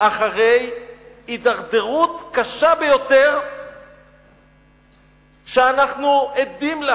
אחרי הידרדרות קשה ביותר שאנחנו עדים לה